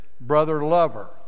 brother-lover